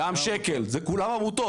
גם שק"ל, זה כולן עמותות.